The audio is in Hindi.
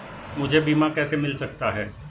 मुझे बीमा कैसे मिल सकता है?